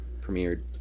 premiered